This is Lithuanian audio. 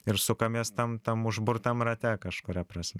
ir sukamės tam tam užburtam rate kažkuria prasme